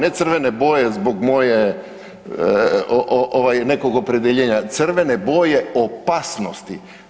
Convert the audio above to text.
Ne crvene boje zbog mog nekog opredjeljenja, crvene boje opasnosti.